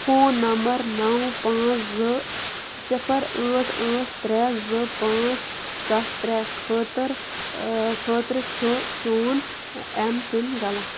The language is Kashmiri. فون نمبر نَو پانٛژھ زٕ صِفر ٲٹھ ٲٹھ ترٛےٚ زٕ پانٛژھ سَتھ ترٛےٚ خٲطٕر خٲطرٕ چھُ چون اٮ۪م پِن غلط